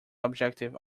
objective